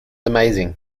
amazing